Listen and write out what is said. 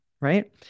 right